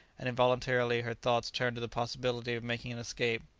and involuntarily her thoughts turned to the possibility of making an escape.